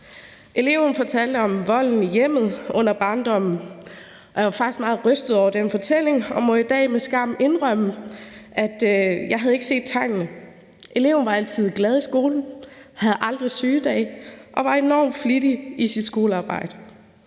Eleven fortalte om volden i hjemmet i barndommen, og jeg var faktisk meget rystet over den fortælling og må i dag med skam indrømme, at jeg ikke havde se tegnene. Eleven var altid glad i skolen, havde aldrig sygedage og var enormt flittig i sit skolearbejde.